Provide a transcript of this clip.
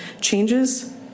changes